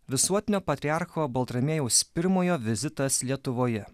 visuotinio patriarcho baltramiejaus pirmojo vizitas lietuvoje